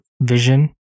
vision